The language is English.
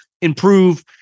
improve